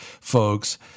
folks